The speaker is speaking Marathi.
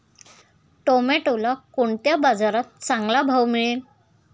टोमॅटोला कोणत्या बाजारात चांगला भाव मिळेल?